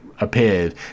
appeared